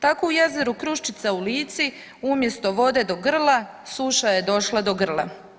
Tako u jezeru Kruščica u Lici umjesto vode do grla, suša je došla grla.